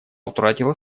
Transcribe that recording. утратила